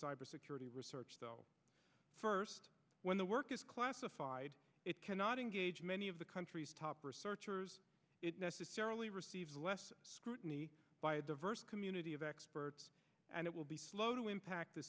cybersecurity research the first when the work is classified it cannot engage many of the country's top researchers it necessarily receives less scrutiny by a diverse community of experts and it will be slow to impact the